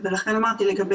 הצבעה על זה היום?